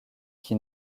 qui